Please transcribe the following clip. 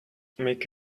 make